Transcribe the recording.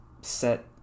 set